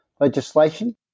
legislation